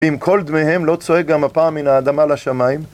אם כל דמיהם לא צועק גם הפעם מן האדמה לשמיים.